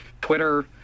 Twitter